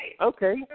okay